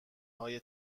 های